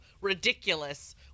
ridiculous